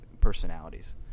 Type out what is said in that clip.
personalities